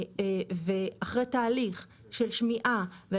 אחרי תהליך של שמיעה.